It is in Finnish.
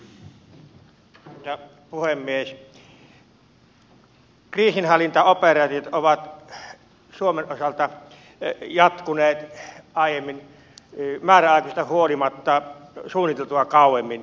kriisinhallintaoperaatiot ovat suomen osalta jatkuneet määräajoista huolimatta aiemmin suunniteltua kauemmin